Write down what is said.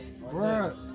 Bro